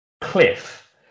Cliff